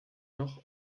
noch